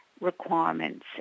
requirements